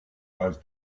was